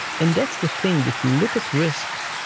and that's the thing that we look at risk.